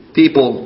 people